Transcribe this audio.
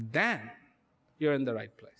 then you're in the right place